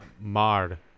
Mar